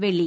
വെള്ളി